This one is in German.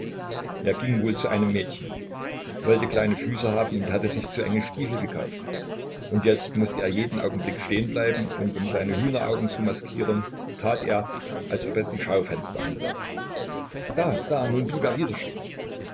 er ging wohl zu einem mädchen wollte kleine füße haben und hatte sich zu enge stiefel gekauft und jetzt mußte er jeden augenblick stehen bleiben und um seine hühneraugen zu maskieren tat er als ob er die schaufenster ansah da da nun blieb er wieder stehen